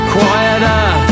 Quieter